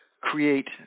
create